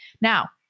Now